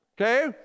okay